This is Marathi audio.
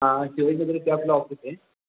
हां शिवाजीनगर कॅबला ऑफिस आहे